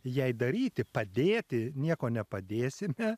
jai daryti padėti nieko nepadėsime